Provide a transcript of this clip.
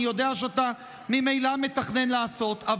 אני יודע שאתה ממילא מתכנן לעשות זאת,